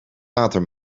water